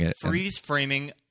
freeze-framing